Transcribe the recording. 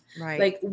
Right